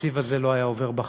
התקציב הזה לא היה עובר בחיים.